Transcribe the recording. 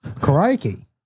Crikey